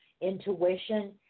intuition